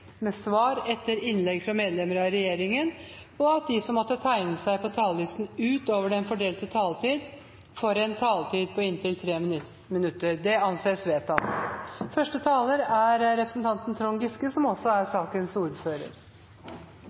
med svar etter innlegg fra medlemmer av regjeringen innenfor den fordelte taletid, og at de som måtte tegne seg på talerlisten utover den fordelte taletid, får en taletid på inntil 3 minutter. – Det anses vedtatt.